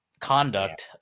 conduct